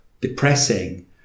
depressing